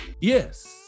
Yes